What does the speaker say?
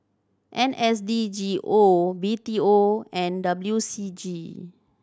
N S D G O B T O and W C G